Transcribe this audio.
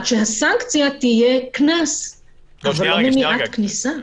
שהסנקציה תהיה קנס אבל לא מניעת כניסה.